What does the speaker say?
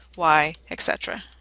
y, etc.